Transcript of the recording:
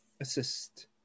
assist